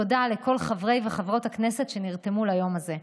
תודה לכל חברי וחברות הכנסת שנרתמו ליום הזה,